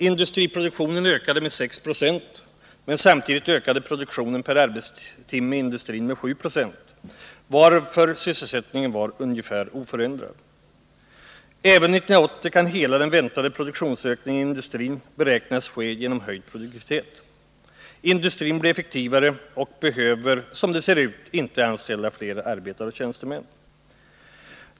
Industriproduktionen ökade med 6976, men samtidigt ökade produktionen per arbetstimme inom industrin med 7 96, varför sysselsättningen var ungefär oförändrad. Även 1980 kan hela den väntade produktionsökningen inom industrin beräknas ske genom höjd produktivitet. Industrin blir effektivare och behöver, som det ser ut, inte anställa fler arbetare och tjänstemän.